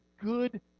good